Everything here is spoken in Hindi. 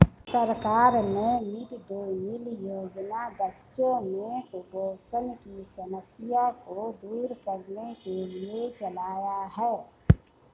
सरकार ने मिड डे मील योजना बच्चों में कुपोषण की समस्या को दूर करने के लिए चलाया है